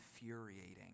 infuriating